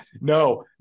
no